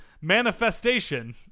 Manifestation